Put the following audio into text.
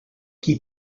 qui